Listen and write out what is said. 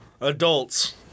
adults